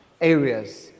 areas